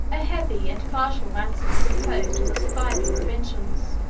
a heavy and partial ransom was imposed on the surviving provincials,